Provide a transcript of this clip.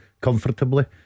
comfortably